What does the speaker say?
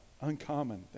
uncommon